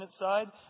side